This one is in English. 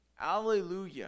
Alleluia